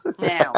now